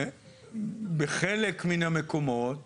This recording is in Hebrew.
בחלק מן המקומות